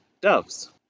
Doves